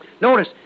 notice